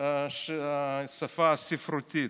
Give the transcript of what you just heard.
שפה ספרותית.